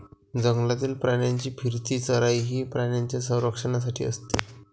जंगलातील प्राण्यांची फिरती चराई ही प्राण्यांच्या संरक्षणासाठी असते